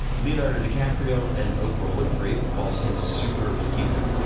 leonardo dicaprio, and oprah winfrey, who calls him superhuman.